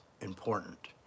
important